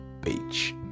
beach